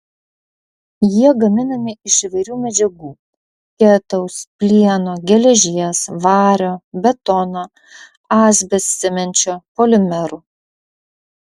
jie gaminami iš įvairių medžiagų ketaus plieno geležies vario betono asbestcemenčio polimerų